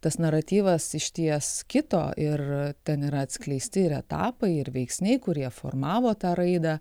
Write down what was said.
tas naratyvas išties kito ir ten yra atskleisti ir etapai ir veiksniai kurie formavo tą raidą